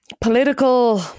political